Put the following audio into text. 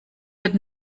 wird